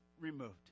removed